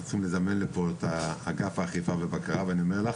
צריכים לזמן לפה את אגף אכיפה ובקרה ואני אומר לך,